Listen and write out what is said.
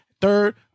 third